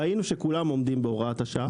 ראינו שכולם עומדים בהוראת השעה.